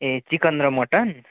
ए chicken र mutton